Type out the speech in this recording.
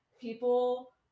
people